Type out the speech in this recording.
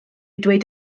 dweud